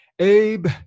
Abe